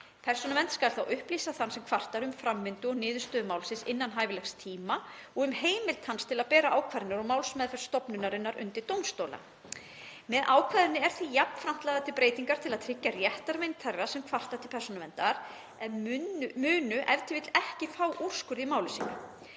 Persónuvernd skal upplýsa þann sem kvartar um framvindu og niðurstöðu máls innan hæfilegs tíma og um heimild hans til að bera ákvarðanir og málsmeðferð stofnunarinnar undir dómstóla. Með ákvæðinu eru því jafnframt lagðar til breytingar til að tryggja réttarvernd þeirra sem kvarta til Persónuverndar en munu ef til vill ekki fá úrskurð í máli sínu.